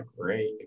great